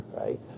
right